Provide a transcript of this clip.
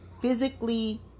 physically